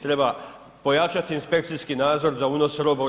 Treba pojačati inspekcijski nadzor za unos roba u EU.